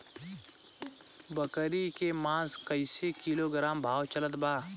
बकरी के मांस कईसे किलोग्राम भाव चलत बा?